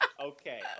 Okay